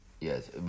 Yes